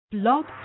blog